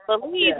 believe